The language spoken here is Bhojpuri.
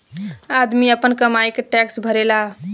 आदमी आपन कमाई के टैक्स भरेला